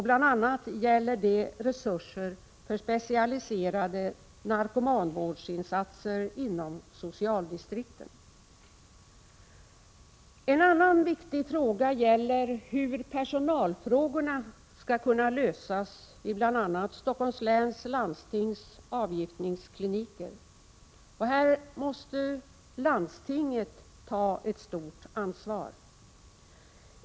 Bl.a. gäller det resurser för specialiserade narkomanvårdsinsatser inom socialdistrikten. En annan viktig sak gäller hur personalfrågorna skall kunna lösas vid bl.a. Stockholms läns landstings avgiftningskliniker. Här måste landstinget ta ett stort ansvar.